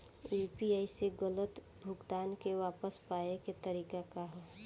UPI से गलत भुगतान के वापस पाये के तरीका का ह?